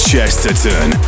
Chesterton